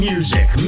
Music